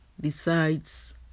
decides